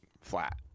flat